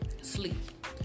sleep